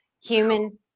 human